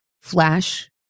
flash